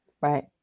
right